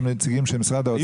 האוצר.